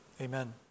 Amen